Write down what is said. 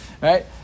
Right